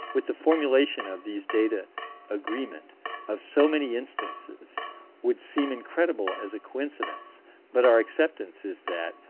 with the formulation of these data agreement of so many instances would seem incredible as a coincidence but our acceptance is that,